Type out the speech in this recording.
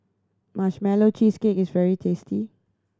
Marshmallow Cheesecake is very tasty